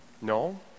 No